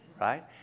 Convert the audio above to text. Right